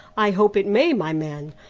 i hope it may, my man.